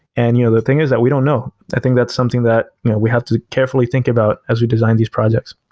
and you know the thing is that we don't know. i think that's something that we have to carefully think about as we design these projects.